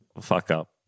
fuck-up